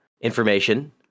information